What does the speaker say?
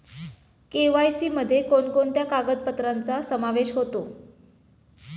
KYC मध्ये कोणकोणत्या कागदपत्रांचा समावेश होतो?